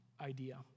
idea